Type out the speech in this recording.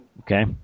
Okay